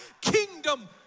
kingdom